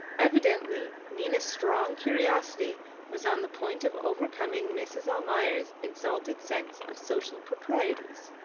evidently nina's strong curiosity was on the point of overcoming mrs. almayer's exalted sense of social proprieties.